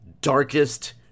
darkest